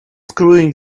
screwing